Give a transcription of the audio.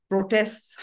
Protests